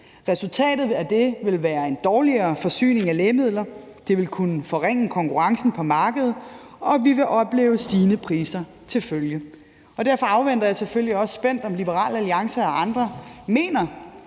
Resultatet af det vil være en dårligere forsyning af lægemidler, det vil kunne forringe konkurrencen på markedet, og vi vil opleve stigende priser til følge. Derfor afventer jeg selvfølgelig også spændt, om Liberal Alliance og andre mener,